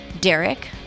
Derek